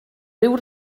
ryw